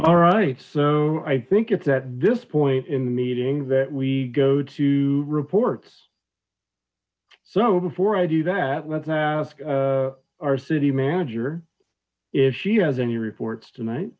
all right so i think at this point in the meeting that we go to reports so before i do that let's ask our city manager if she has any reports tonight